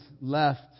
left